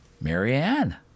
marianne